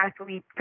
athlete